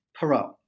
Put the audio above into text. Perot